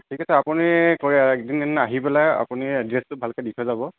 ঠিক আছে আপুনি এদিন আহি পেলাই আপুনি এড্ৰেচটো ভালকৈ দি থৈ যাব